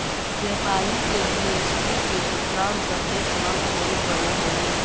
व्यापारी के जी.एस.टी के भुगतान प्रत्येक माह करे पड़ऽ हई